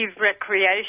recreation